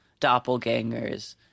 doppelgangers